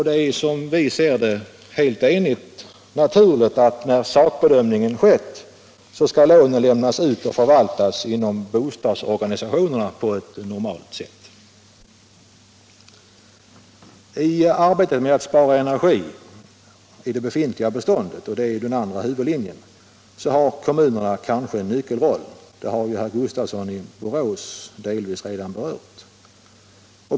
Det är, som vi ser det, helt naturligt att när sakbedömningen skett skall lånen lämnas ut och förvaltas inom bostadsorganisationerna på ett normalt sätt. I arbetet med att spara energi i det befintliga byggnadsbeståndet — det är den andra huvudlinjen — har kommunerna kanske en nyckelroll. Det har herr Gustafsson i Borås delvis redan berört.